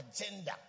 agenda